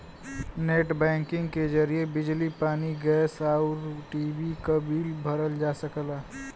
net banking के जरिए बिजली पानी गैस आउर टी.वी क बिल भरल जा सकला